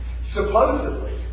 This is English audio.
Supposedly